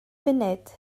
funud